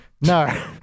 no